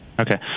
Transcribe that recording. Okay